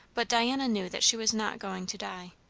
but diana knew that she was not going to die.